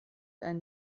ein